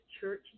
church